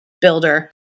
builder